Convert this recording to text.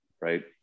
Right